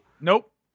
Nope